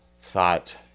thought